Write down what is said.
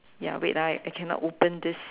ya wait ah I I cannot open this